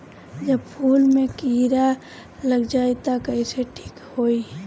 जब फूल मे किरा लग जाई त कइसे ठिक होई?